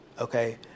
okay